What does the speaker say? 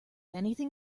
anything